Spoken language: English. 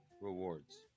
rewards